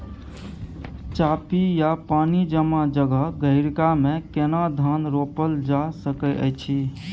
चापि या पानी जमा जगह, गहिरका मे केना धान रोपल जा सकै अछि?